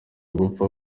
gupfa